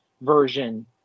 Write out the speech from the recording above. version